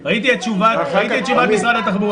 יש בה גם עניין של חלוקה בין פרהסיה לפרטי.